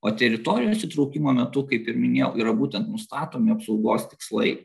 o teritorijos įtraukimo metu kaip ir minėjau yra būtent nustatomi apsaugos tikslai